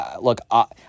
look